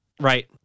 Right